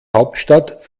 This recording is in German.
hauptstadt